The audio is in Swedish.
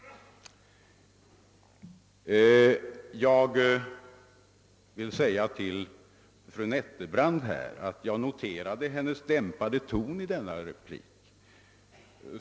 Jag vill notera fru Nettelbrandts dämpade ton i denna debatt.